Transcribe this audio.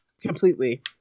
completely